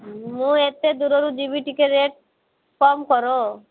ମୁଁ ଏତେ ଦୂରରୁ ଯିବେ ଟିକେ ରେଟ୍ କମ କର